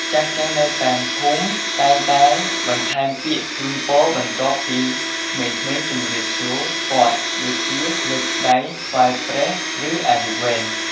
ចាស់ៗនៅតាមភូមិ តែងតែបន្ថែមពាក្យជូនពរបន្ទាប់ពីក្មេងៗជំរាបសួរគាត់ ដូចជា លើកដៃថ្វាយព្រះ ឬ អាយុវែង។